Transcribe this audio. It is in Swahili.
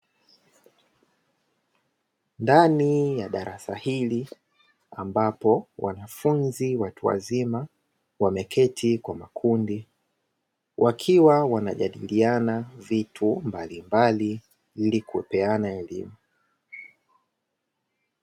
Ndani ya darasa hili, ambapo wanafunzi watu wazima wameketi kwa makundi, wakiwa wanajadiliana vitu mbalimbali ili kupeana elimu.